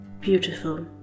Beautiful